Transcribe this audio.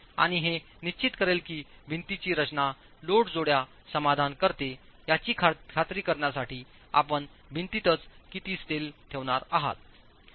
आणि हे निश्चित करेल की भिंतीची रचना लोड जोड्या समाधान करते याची खात्री करण्यासाठी आपण भिंतीतच किती स्टील ठेवणार आहात